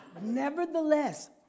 Nevertheless